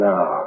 Now